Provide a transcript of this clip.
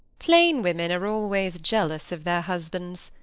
plain women are always jealous of their husbands,